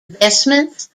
investments